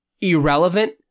irrelevant